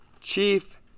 chief